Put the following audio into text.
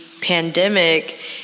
pandemic